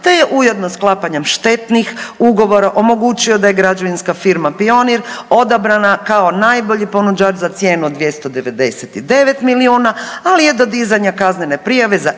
te je ujedno sklapanjem štetnih ugovora omogućio da je građevinska firma Pionir odabrana kao najbolji ponuđač za cijenu od 299 miliona ali je do dizanja kaznene prijave za iste